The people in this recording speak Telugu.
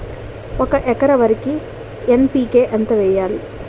ఒక ఎకర వరికి ఎన్.పి.కే ఎంత వేయాలి?